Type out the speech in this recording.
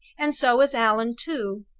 and so is allan too.